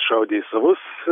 šaudė į savus